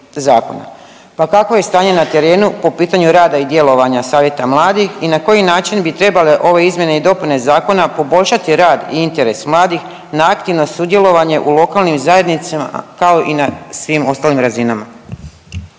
Pa kakvo je stanje na terenu po pitanju rada i djelovanja savjeta mladih i na koji način bi trebale ove izmjene i dopune zakona poboljšati rad i interes mladih na aktivno sudjelovanje u lokalnim zajednicama, kao i na svim ostalim razinama?